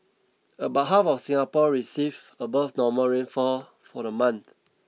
about half of Singapore received above normal rainfall for the month